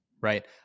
right